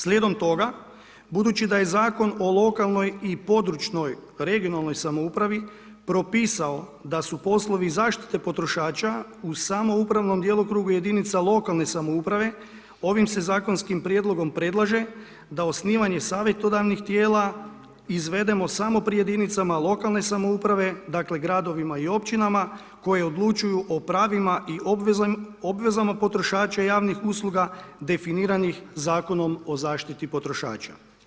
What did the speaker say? Slijedom toga, budući da je Zakon o lokalnoj i područnoj, regionalnoj samoupravi propisao da su poslovi zaštite potrošača u samoupravnom djelokrugu jedinica lokalne samouprave ovim se zakonskim prijedlogom predlaže da osnivanje savjetodavnih tijela izvedemo samo pri jedinicama lokalne samouprave, dakle gradovima i općinama koje odlučuju o pravima i obvezama potrošača javnih usluga definiranih Zakonom o zaštiti potrošača.